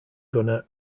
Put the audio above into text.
gunner